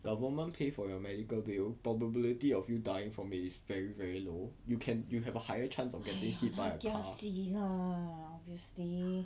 government pay for your medical bill probability of you dying from it is very very low you can you have a higher chance of getting hit by a car